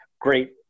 great